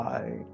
Bye